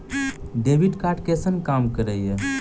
Debit card कैसन काम करेया?